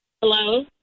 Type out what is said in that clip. Hello